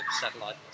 satellite